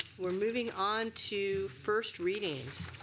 we're moving on to first readings